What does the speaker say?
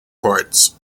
parts